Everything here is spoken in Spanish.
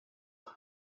love